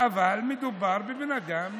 אבל מדובר בבן אדם